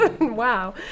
Wow